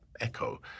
Echo